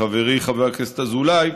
חברי חבר הכנסת אזולאי,